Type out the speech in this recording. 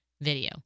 video